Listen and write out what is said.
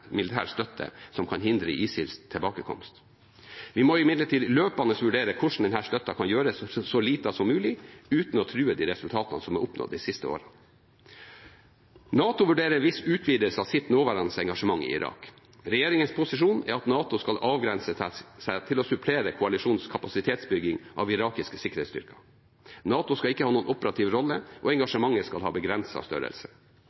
militær støtte som kan hindre ISILs tilbakekomst. Vi må imidlertid løpende vurdere hvordan denne støtten kan gjøres så liten som mulig, uten å true de resultatene som er oppnådd de siste årene. NATO vurderer en viss utvidelse av sitt nåværende engasjement i Irak. Regjeringens posisjon er at NATO skal avgrense seg til å supplere koalisjonens kapasitetsbygging av irakiske sikkerhetsstyrker. NATO skal ikke ha noen operativ rolle, og engasjementet skal ha begrenset størrelse.